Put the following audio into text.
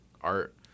Art